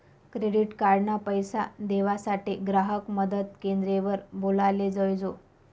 credit card ना पैसा देवासाठे ग्राहक मदत क्रेंद्र वर बोलाले जोयजे